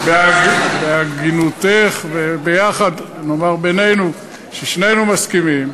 בהגינותך וביחד, נאמר בינינו ששנינו מסכימים.